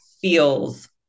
feels